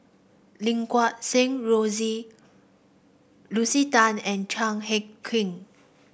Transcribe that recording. Lim Guat Kheng Rosie Lucy Tan and Chan Heng Chee